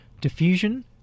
Diffusion